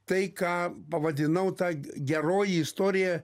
tai ką pavadinau tą geroji istorija